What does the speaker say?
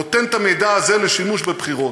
נותן את המידע הזה לשימוש בבחירות.